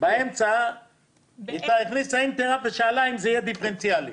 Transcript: היא שאלה אם זה יהיה דיפרנציאלי.